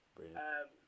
Brilliant